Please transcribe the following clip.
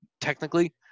technically